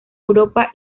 europa